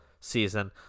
season